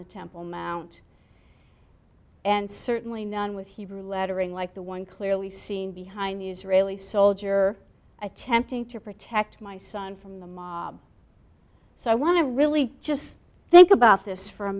the temple mount and certainly none with hebrew lettering like the one clearly seen behind the israeli soldier attempting to protect my son from the mob so i want to really just think about this for a